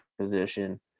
position